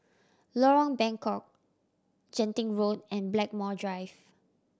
Lorong Bengkok Genting Road and Blackmore Drive